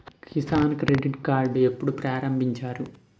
Kisan credit card ఎప్పుడు ప్రారంభించారు?